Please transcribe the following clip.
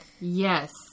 Yes